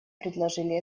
предложили